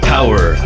Power